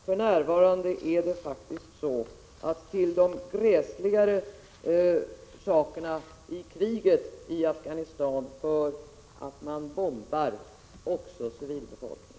För närvarande är det faktiskt så att till de gräsliga sakerna i kriget i Afghanistan hör att man bombar också civilbefolkningen.